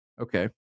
Okay